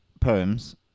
poems